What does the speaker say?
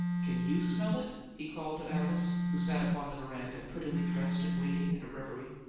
can you smell it? he called to alice, who sat upon the veranda, prettily dressed and waiting in a reverie.